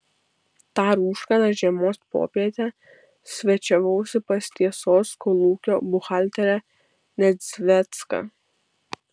tą rūškaną žiemos popietę svečiavausi pas tiesos kolūkio buhalterę nedzvecką